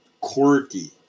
Quirky